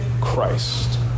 Christ